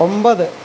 ഒമ്പത്